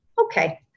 Okay